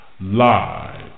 live